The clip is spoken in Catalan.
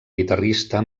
guitarrista